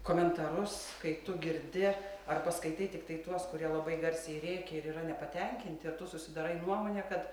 komentarus kai tu girdi ar paskaitai tiktai tuos kurie labai garsiai rėkia ir yra nepatenkinti ir tu susidarai nuomonę kad